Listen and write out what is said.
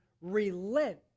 relent